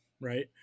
right